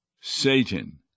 Satan